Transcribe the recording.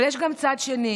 אבל יש גם צד שני,